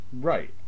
Right